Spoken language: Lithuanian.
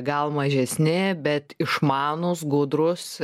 gal mažesni bet išmanūs gudrūs